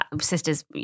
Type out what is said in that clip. sisters